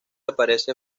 aparece